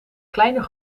kleiner